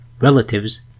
Relatives